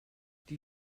die